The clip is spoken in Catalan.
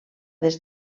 des